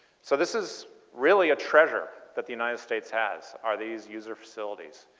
so this is really a treasure that the united states has. are these user facilities?